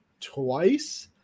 twice